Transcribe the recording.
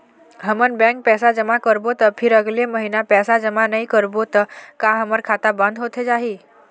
हमन बैंक पैसा जमा करबो ता फिर अगले महीना पैसा जमा नई करबो ता का हमर खाता बंद होथे जाही?